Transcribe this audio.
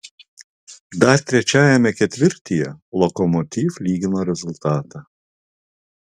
dar trečiajame ketvirtyje lokomotiv lygino rezultatą